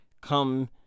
come